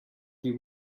few